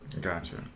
Gotcha